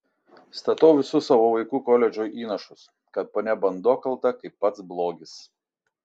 statau visus savo vaikų koledžo įnašus kad ponia bando kalta kaip pats blogis